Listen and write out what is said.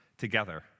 Together